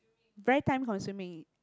very time consuming